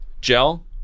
Gel